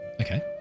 Okay